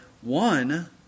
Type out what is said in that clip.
one